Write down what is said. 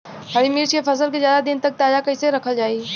हरि मिर्च के फसल के ज्यादा दिन तक ताजा कइसे रखल जाई?